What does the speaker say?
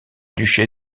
duché